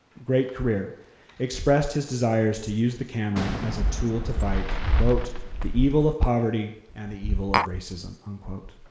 great career expressed his desire to use his camera as a tool to fight, quote, the evil of poverty and the evil of racism, unquote.